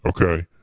Okay